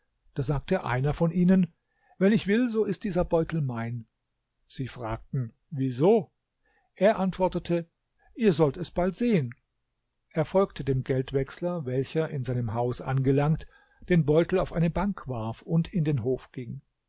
da sagte einer von ihnen wenn ich will so ist dieser beutel mein sie fragten wieso er antwortete ihr sollt es bald sehen er folgte dem geldwechsler welcher in seinem haus angelangt den beutel auf eine bank warf und in den hof ging